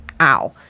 ow